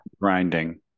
grinding